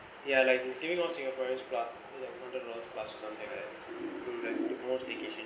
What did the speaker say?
ya like it's giving all singaporeans plus I think it's a hundred dollars plus or something right for the most staycation